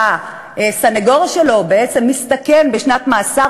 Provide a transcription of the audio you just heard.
שהסנגור שלו בעצם מסתכן בשנת מאסר,